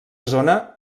zona